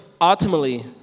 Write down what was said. ultimately